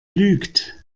lügt